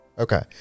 Okay